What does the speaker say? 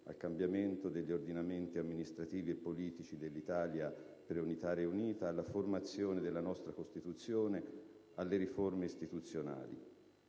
al cambiamento degli ordinamenti amministrativi e politici dell'Italia pre-unitaria e unita; alla formazione della nostra Costituzione; alle riforme istituzionali.